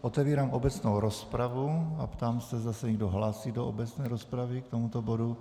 Otevírám obecnou rozpravu a ptám se, zda se někdo hlásí do obecné rozpravy k tomuto bodu.